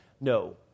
No